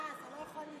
אתה לא יכול,